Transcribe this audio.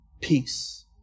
peace